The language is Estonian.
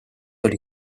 oli